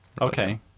Okay